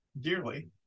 dearly